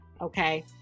Okay